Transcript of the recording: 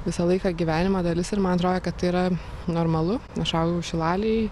visą laiką gyvenimo dalis ir man atrodo kad tai yra normalu aš augau šilalėj